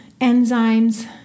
enzymes